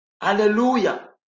Hallelujah